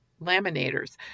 laminators